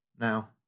Now